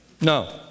No